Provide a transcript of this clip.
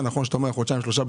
חודשיים-שלושה.